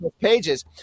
pages